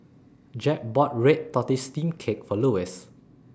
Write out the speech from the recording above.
Jeb bought Red Tortoise Steamed Cake For Lewis